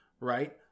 right